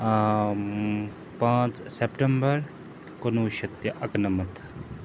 پانٛژھ سٮ۪پٹَمبر کُنہٕ وُہ شَتھ تہِ اکنَمَتھ